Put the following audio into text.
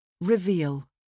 Reveal